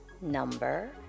number